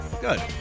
Good